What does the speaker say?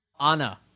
Anna